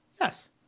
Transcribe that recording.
yes